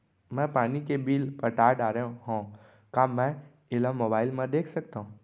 मैं पानी के बिल पटा डारे हव का मैं एला मोबाइल म देख सकथव?